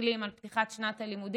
מסתכלים על פתיחת שנת הלימודים,